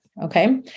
Okay